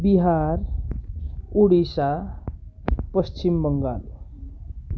Bihar Odisha Paschim Bengal